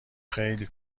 خیلی